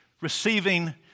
receiving